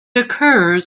occurs